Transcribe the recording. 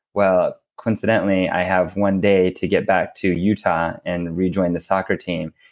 well, coincidentally, i have one day to get back to utah and rejoin the soccer team.